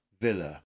villa